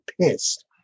pissed